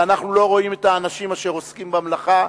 ואנחנו לא רואים את האנשים אשר עוסקים במלאכה,